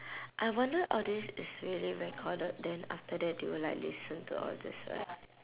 I wonder all these is really recorded then after that they will like listen to all this right